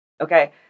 okay